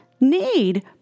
need